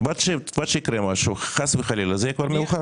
ועד שיקרה משהו חס וחלילה זה יהיה כבר מאוחר.